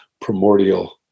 primordial